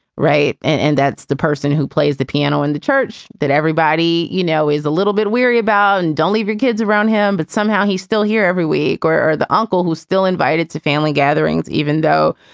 right? and that's the person who plays the piano in the church that everybody, you know, is a little bit weary about. and don't leave your kids around him but somehow he's still here every week or or the uncle who's still invited to family gatherings, even though,